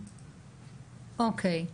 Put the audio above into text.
אוקי.